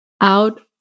out